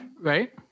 Right